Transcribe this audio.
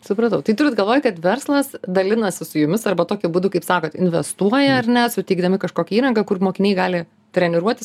supratau tai turit galvoj kad verslas dalinasi su jumis arba tokiu būdu kaip sakot investuoja ar ne suteikdami kažkokią įrangą kur mokiniai gali treniruotis